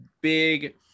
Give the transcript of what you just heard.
big